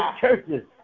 churches